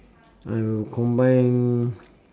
I will combine